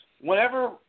Whenever